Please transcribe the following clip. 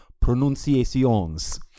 pronunciations